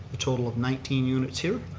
a total of nineteen units here.